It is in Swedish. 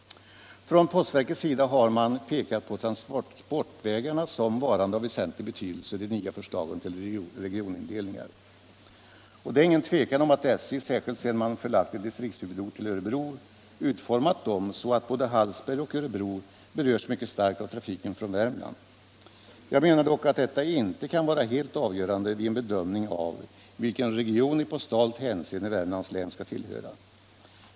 Från postverkets sida har man pekat på transportvägarna som varande av väsentlig betydelse i de nya förslagen till regionindelningen. Det är inget tvivel om att SJ, särskilt sedan man förlagt en distriktshuvudort till Örebro, utformat den så att både Hallsberg och Örebro berörs mycket starkt av trafiken från Värmland. Jag menar dock att detta inte kan vara helt avgörande vid en bedömning av vilken region i postalt hänseende Värmlands län skall tillhöra.